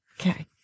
Okay